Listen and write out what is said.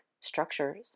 structures